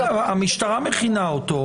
המשטרה מכינה אותו.